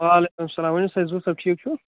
وعلیکُم اسلام ؤنِو سا ظہوٗر صٲب ٹھیٖک چھِو